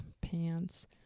pants